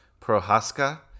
Prohaska